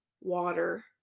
water